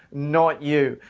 not you!